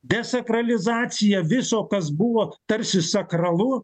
desakralizacija viso kas buvo tarsi sakralu